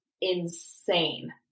insane